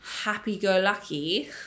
happy-go-lucky